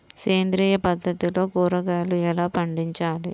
సేంద్రియ పద్ధతిలో కూరగాయలు ఎలా పండించాలి?